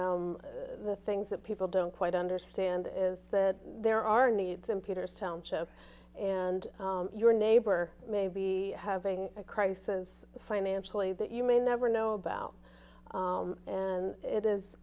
of the things that people don't quite understand is that there are needs in peter's township and your neighbor may be having a crisis financially that you may never know about and it is